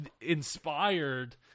inspired